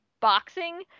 boxing